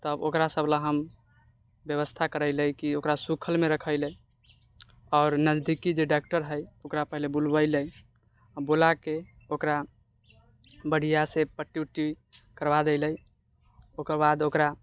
तब ओकरा सब लए हम व्यवस्था करए लए कि ओकरा सूखलमे रखेलए आओर नजदीकी जे डॉक्टर हइ ओकरा पहिले बोलबैलिऐ बोलाके ओकरा बढ़िआँ से पट्टी उट्टी करबा दए लए ओकर बाद ओकरा